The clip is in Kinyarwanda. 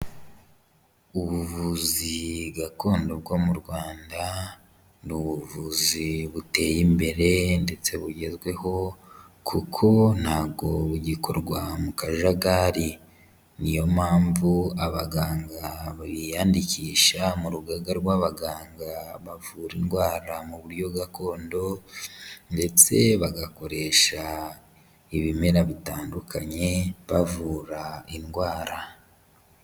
Ubuvuzi gakondo bwo mu Rwanda, ni ubuvuzi buteye imbere ndetse bugezweho kuko ntabwo bugikorwa mu kajagari, ni yo mpamvu abaganga biyandikisha mu rugaga rw'abaganga bavura indwara mu buryo gakondo, ndetse bagakoresha ibimera bitandukanye, bavura indwara.